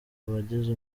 abagize